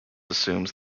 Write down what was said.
assumes